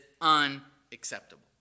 unacceptable